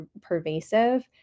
pervasive